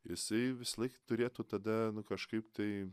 jisai visąlaik turėtų tada kažkaip tai